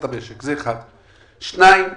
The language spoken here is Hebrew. הדבר השני הוא